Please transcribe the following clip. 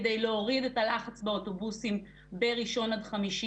כדי להוריד את הלחץ באוטובוסים בימי ראשון-חמישי,